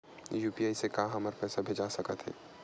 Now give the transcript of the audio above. UPI से का हमर पईसा भेजा सकत हे?